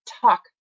talk